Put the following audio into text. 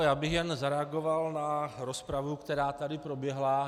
Já bych jen zareagoval na rozpravu, která tady proběhla.